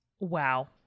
Wow